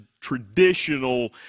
traditional